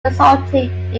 resulting